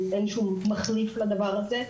אין שום מחליף לדבר הזה.